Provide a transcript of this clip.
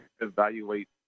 evaluate